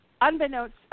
unbeknownst